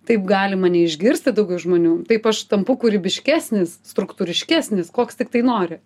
taip gali mane išgirsti daugiau žmonių taip aš tampu kūrybiškesnis struktūriškesnis koks tiktai nori